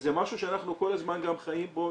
וזה משהו שאנחנו כל הזמן גם חיים בו,